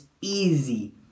easy